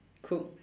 cook